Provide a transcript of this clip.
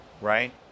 right